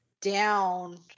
down